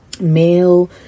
male